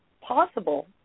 possible